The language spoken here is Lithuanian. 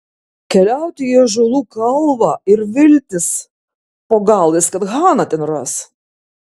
keliauti į ąžuolų kalvą ir viltis po galais kad haną ten ras